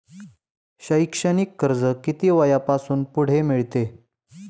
शैक्षणिक कर्ज किती वयापासून पुढे मिळते?